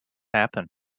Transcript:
happen